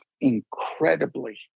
incredibly